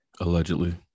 Allegedly